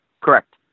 correct